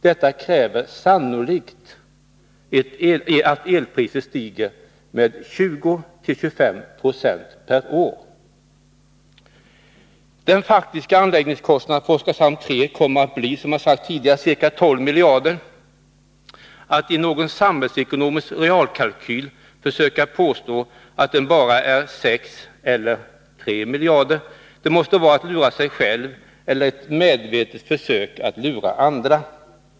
Detta kräver sannolikt att elpriset stiger med 20-25 96 per år. Den faktiska anläggningskostnaden för Oskarshamn 3 kommer, som jag sagt tidigare, att bli ca 12 miljarder. Att i någon samhällsekonomisk realkalkyl försöka påstå att den bara är 6 eller 3 miljarder måste vara att lura sig själv eller ett medvetet försök att lura andra.